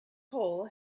hole